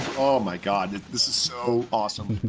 oh my god! this is so awesome.